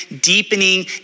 deepening